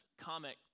comic